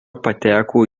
pateko